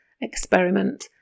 experiment